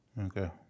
Okay